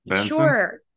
sure